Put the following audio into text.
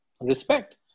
respect